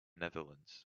netherlands